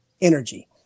energy